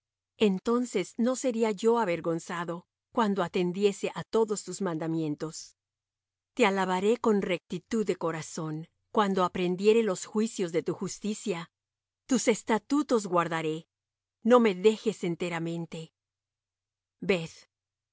entonces no sería yo avergonzado cuando atendiese á todos tus mandamientos te alabaré con rectitud de corazón cuando aprendiere los juicios de tu justicia tus estatutos guardaré no me dejes enteramente